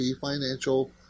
financial